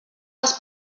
les